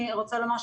לעשות